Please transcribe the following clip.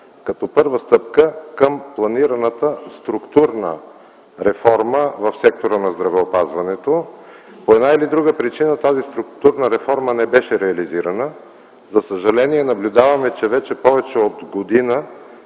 като първа стъпка към планираната структурна реформа в сектора на здравеопазването. По една или друга причина тази структурна реформа не беше реализирана. За съжаление, наблюдаваме, че вече повече от година